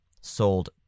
sold